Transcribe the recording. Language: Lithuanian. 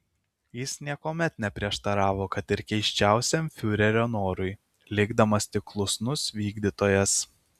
jis niekuomet neprieštaravo kad ir keisčiausiam fiurerio norui likdamas tik klusnus vykdytojas